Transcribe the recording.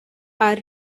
are